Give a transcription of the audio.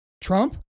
Trump